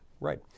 Right